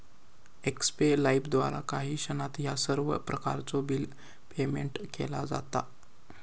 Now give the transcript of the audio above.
एक्स्पे लाइफद्वारा काही क्षणात ह्या सर्व प्रकारचो बिल पेयमेन्ट केला जाता